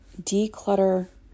declutter